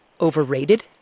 overrated